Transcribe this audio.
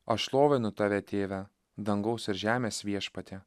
aš šlovinu tave tėve dangaus ir žemės viešpatie